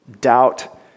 doubt